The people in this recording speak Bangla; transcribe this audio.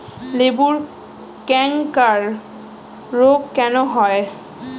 লেবুর ক্যাংকার রোগ কেন হয়?